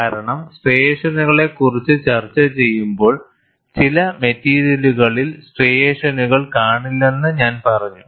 കാരണം സ്ട്രൈഷനുകളെക്കുറിച്ച് ചർച്ചചെയ്യുമ്പോൾ ചില മെറ്റീരിയലുകളിൽ സ്ട്രൈഷനുകൾ കാണില്ലെന്ന് ഞാൻ പറഞ്ഞു